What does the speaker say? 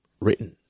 written